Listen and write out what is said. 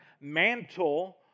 mantle